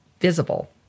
visible